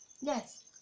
Yes